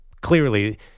clearly